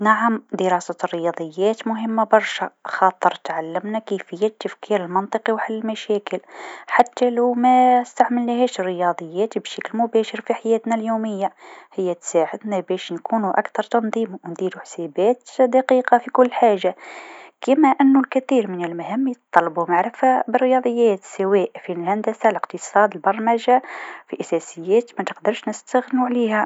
نعم دراسة الرياضيات مهمه برشا خاطر تعلمنا كيفية التفكير المنطقي و حل المشاكل حتى لو ماستعملناهاش الرياضيات بشكل مباشر في حياتنا اليوميه هي تساعدنا باش نكونو أكثر تنظيم و نديرو حسابات دقيقه في كل حاجه، كيما أنو الكثير من المهام يتطلبو معرفه بالرياضيات سواء في الهندسه الإقتصاد البرمجه في أساسيات منقدروش نستغنو عليها.